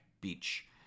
Beach